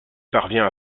parvient